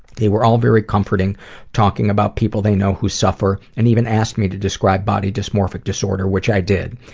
they were all very comforting talking about people they know who suffer and even asked me to describe body dysmorphic disorder, which i did.